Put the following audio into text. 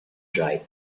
dry